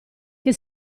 che